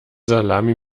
salami